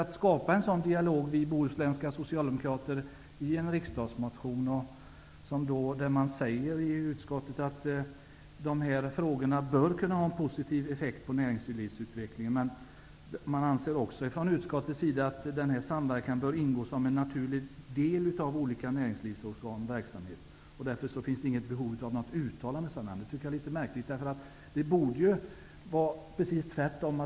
Vi bohusländska socialdemokrater har försökt att skapa en dialog genom att väcka en riksdagsmotion. Utskottet menar att dessa frågor bör ha en positiv effekt på utvecklingen av näringslivet. Men utskottet anser också att denna samverkan bör ingå som en naturlig del i olika organs näringsverksamhet. Därför finns det inte något behov av något uttalande. Jag tycker att det är litet märkligt. Det borde vara precis tvärt om.